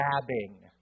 Grabbing